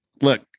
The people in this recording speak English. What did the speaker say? look